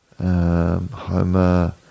Homer